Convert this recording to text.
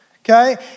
Okay